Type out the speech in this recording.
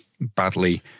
badly